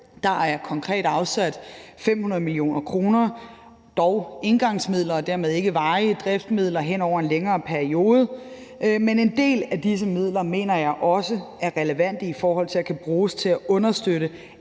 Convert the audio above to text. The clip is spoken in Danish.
Der er konkret afsat 500 mio. kr. Det er dog engangsmidler og dermed ikke varige driftsmidler hen over en længere periode, men en del af disse midler mener jeg også er relevante i forhold til at kunne bruges til at understøtte